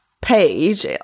page